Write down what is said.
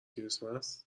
کریسمس